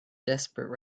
desperate